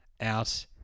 out